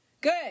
Good